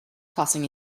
tossing